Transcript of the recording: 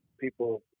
people